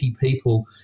people